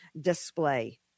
display